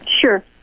Sure